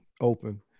open